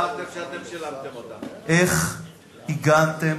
איך הגעתם